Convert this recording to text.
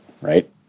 right